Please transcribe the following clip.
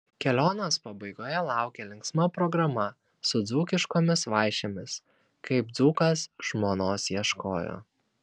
kelionės pabaigoje laukė linksma programa su dzūkiškomis vaišėmis kaip dzūkas žmonos ieškojo